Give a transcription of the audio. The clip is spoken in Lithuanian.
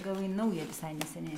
gavai naują visai neseniai